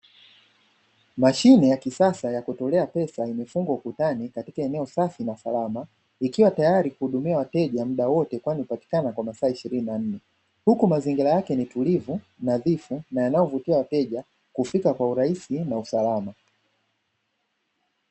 Mashine ya kisasa ya kutolea pesa imefungwa ukutani katika eneo safi na salama, ikiwa tayari kuhudumia wateja mda wote kwani hupatikana kwa masaa ishirini na nne huku mazingira yake ni tulivu nadhifu na yanayovutia wateja kufika kwa urahisi na usalama.